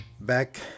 Back